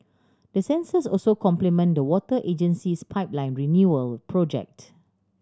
the sensors also complement the water agency's pipeline renewal project